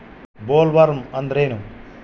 Bollworm ಅಂದ್ರೇನು?